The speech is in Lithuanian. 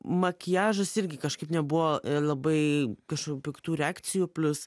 makiažas irgi kažkaip nebuvo labai kažkokių piktų reakcijų plius